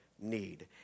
need